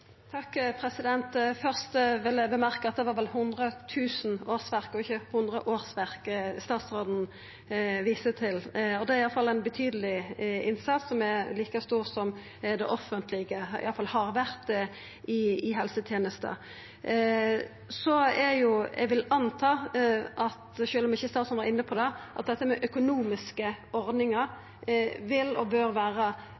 Først vil eg seia at det vel var 100 000 årsverk og ikkje 100 årsverk statsråden viste til. Det er ein betydeleg innsats, som er like stor som det den offentlege innsatsen er – eller iallfall har vore – i helsetenesta. Eg vil anta, sjølv om ikkje statsråden var inne på det, at